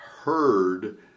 heard